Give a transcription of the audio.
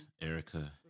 Erica